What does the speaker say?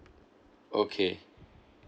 okay